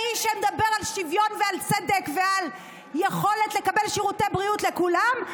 מאיש שמדבר על שוויון ועל צדק ועל יכולת לקבל שירותי בריאות לכולם,